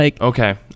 okay